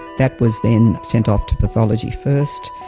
that was then sent off to pathology first,